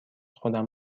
خودم